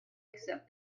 accept